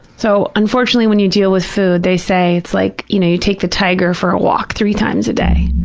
so, unfortunately, when you deal with food, they say it's like, you know, know, you take the tiger for a walk three times a day,